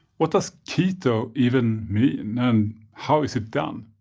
what does keto even mean and how is it done?